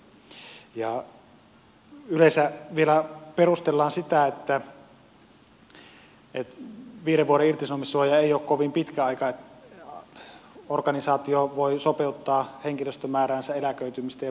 yleensä vielä perustellaan sitä niin että viiden vuoden irtisanomissuoja ei ole kovin pitkä aika että organisaatio voi sopeuttaa henkilöstömääräänsä eläköitymisten ja muitten kautta